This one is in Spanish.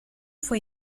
fue